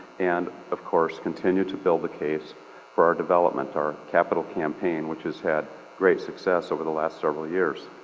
and of course continue to build the case for our development, our capital campaign which has had great success over the last several years.